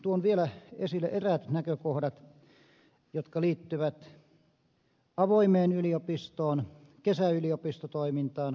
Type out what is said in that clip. tuon vielä esille eräät näkökohdat jotka liittyvät avoimeen yliopistoon kesäyliopistotoimintaan kesälukukausiin